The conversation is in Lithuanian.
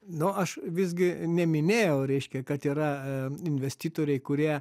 nu aš visgi neminėjau reiškia kad yra investitoriai kurie